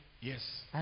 yes